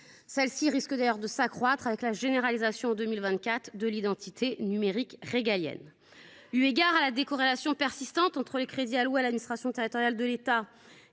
elle risque du reste de s’accroître avec la généralisation en 2024 de l’identité numérique régalienne. Eu égard à la décorrélation persistante entre les crédits alloués à l’administration territoriale de l’État